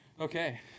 Okay